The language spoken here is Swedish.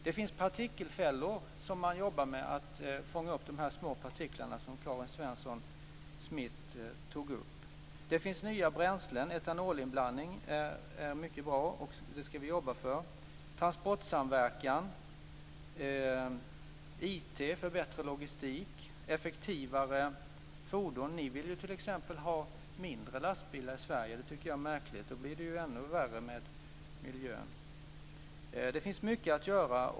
Det finns partikelfällor som kan fånga upp de små partiklar som Karin Svensson Smith tog upp. Det finns nya bränslen. Etanolinblandning är mycket bra, och det ska vi jobba för. Det finns transportsamverkan, IT för bättre logistik och effektivare fordon. Ni vill t.ex. ha mindre lastbilar i Sverige. Det tycker jag är märkligt. Då blir det ännu värre med miljön. Det finns mycket att göra.